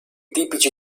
tipici